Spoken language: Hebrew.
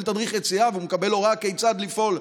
תדריך יציאה ומקבל הוראה כיצד לפעול.